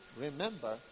remember